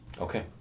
Okay